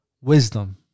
wisdom